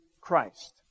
Christ